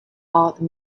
art